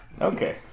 Okay